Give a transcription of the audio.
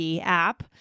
app